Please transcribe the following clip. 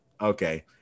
Okay